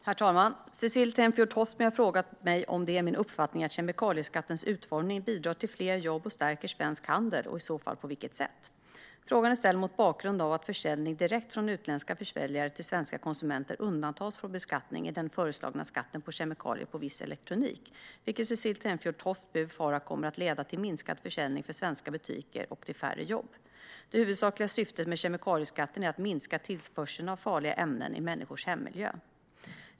Herr talman! Cecilie Tenfjord-Toftby har frågat mig om det är min uppfattning att kemikalieskattens utformning bidrar till fler jobb och stärker svensk handel, och i så fall på vilket sätt. Frågan är ställd mot bakgrund av att försäljning direkt från utländska försäljare till svenska konsumenter undantas från beskattning i den föreslagna skatten på kemikalier i viss elektronik, vilket Cecilie Tenfjord-Toftby befarar kommer att leda till minskad försäljning för svenska butiker och till färre jobb. Det huvudsakliga syftet med kemikalieskatten är att minska tillförseln av farliga ämnen till människors hemmiljö.